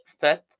fifth